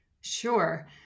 Sure